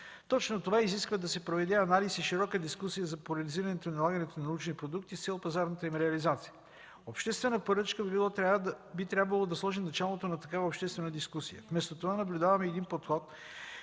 Точно това изисква да се проведе анализ и широка дискусия за поляризирането и налагането на научни продукти с цел пазарната им реализация. Обществена поръчка би трябвало да сложи началото на такава обществена дискусия. Вместо това наблюдаваме подход,